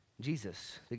Jesus